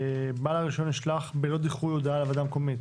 בעל הרשיון ישלח בלא דיחוי הודעה לוועדה המקומית.